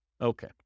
Okay